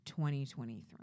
2023